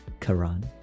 Quran